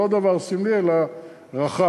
לא דבר סמלי, אלא רחב.